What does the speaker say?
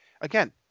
again